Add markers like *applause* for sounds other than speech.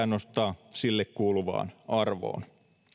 *unintelligible* nostaa sille kuuluvaan arvoon